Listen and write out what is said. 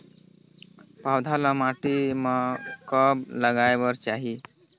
पौधा ल माटी म कब लगाए बर चाही?